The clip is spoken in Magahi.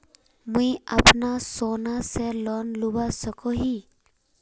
मुई अपना सोना से लोन लुबा सकोहो ही?